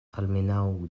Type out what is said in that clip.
almenaŭ